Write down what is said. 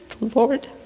Lord